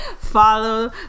follow